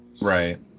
Right